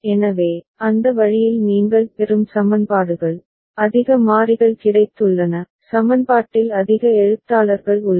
எனவே அந்த வழியில் நீங்கள் பெறும் சமன்பாடுகள் அதிக மாறிகள் கிடைத்துள்ளன சமன்பாட்டில் அதிக எழுத்தாளர்கள் உள்ளனர்